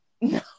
No